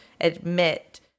admit